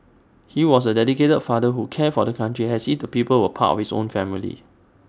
he was A dedicated father who cared for the country as if the people were part of his own family